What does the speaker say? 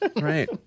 Right